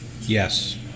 Yes